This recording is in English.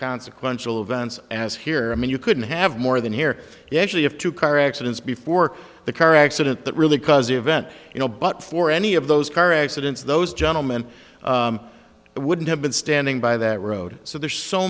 consequential events as here i mean you couldn't have more than here yeah actually if two car accidents before the car accident that really cause the event you know but for any of those car accidents those gentlemen wouldn't have been standing by that road so there